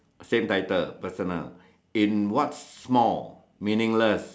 same title personal in what small meaningless